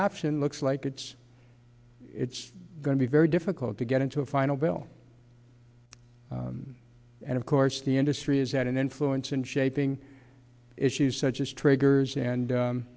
option looks like it's it's going to be very difficult to get into a final bill and of course the industry is that an influence in shaping issues such as triggers and